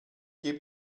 gebe